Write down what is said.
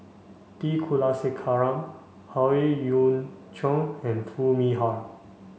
T Kulasekaram Howe Yoon Chong and Foo Mee Har